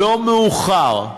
לא מאוחר.